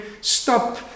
Stop